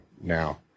now